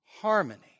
harmony